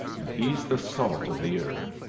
and he's the salt of the earth.